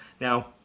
Now